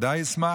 הוא ודאי ישמח.